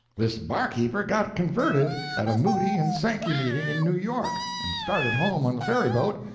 this barkeeper got converted at a moody and sankey meeting, in new york, and started home on the ferry-boat,